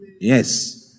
Yes